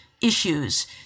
issues